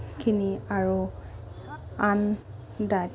খিনি আৰু আনডাইড